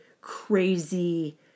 crazy